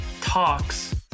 Talks